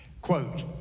Quote